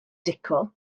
dico